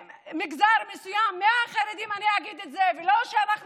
במגזר מסוים, החרדים, אני אגיד את זה, ולא שאנחנו